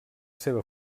seva